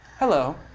Hello